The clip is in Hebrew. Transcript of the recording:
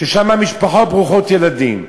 ששם המשפחות ברוכות ילדים,